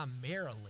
primarily